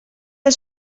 del